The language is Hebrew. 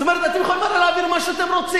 זאת אומרת, אתם יכולים הרי להעביר מה שאתם רוצים.